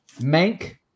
Mank